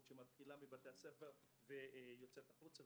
שמתחילה מבתי הספר ויוצאת החוצה.